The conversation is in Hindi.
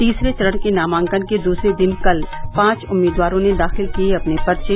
तीसरे चरण के नामांकन के दूसरे दिन कल पांच उम्मीदवारों ने दाखिल किये अपने पर्चे